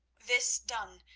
this done,